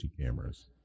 cameras